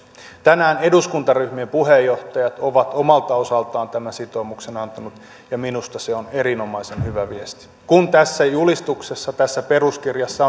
tänään eduskuntaryhmien puheenjohtajat ovat omalta osaltaan tämän sitoumuksen antaneet ja minusta se on erinomaisen hyvä viesti kun tässä julistuksessa tässä peruskirjassa